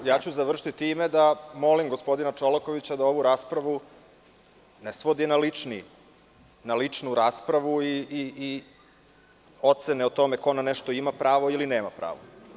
Ja ću završiti time da molim gospodina Čolakovića da ovu raspravu ne svodi na ličnu raspravu i ocene o tome ko na nešto ima pravo ili nema pravo.